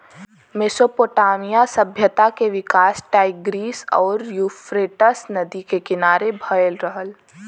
Mesopotamia सभ्यता के विकास टाईग्रीस आउर यूफ्रेटस नदी के किनारे भयल रहल